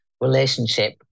relationship